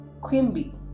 Quimby